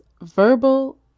verbal